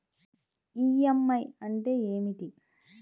EMI అంటే ఏమిటి?